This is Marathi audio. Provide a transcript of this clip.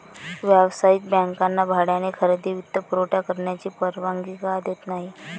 व्यावसायिक बँकांना भाड्याने खरेदी वित्तपुरवठा करण्याची परवानगी का देत नाही